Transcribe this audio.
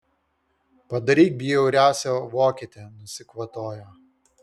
padaryk bjauriausią vokietę nusikvatojo